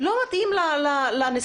לא מתאים לנסיבות.